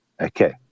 Okay